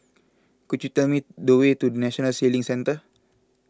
could you tell me the way to National Sailing Centre